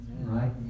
Right